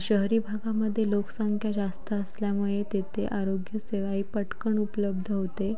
शहरी भागामध्ये लोकसंख्या जास्त असल्यामुळे तेथे आरोग्यसेवा ही पटकन उपलब्ध होते